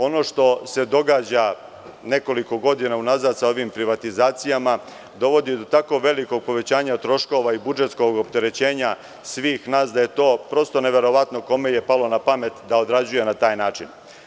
Ono što se događa nekoliko godina unazad sa ovim privatizacijama, dovodi do tako velikog povećanja troškova i budžetskog opterećenja svih nas, da je prosto neverovatno kome je palo na pamet da određuje na taj način.